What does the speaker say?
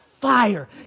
fire